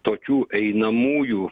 tokių einamųjų